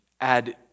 add